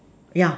yeah